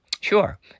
Sure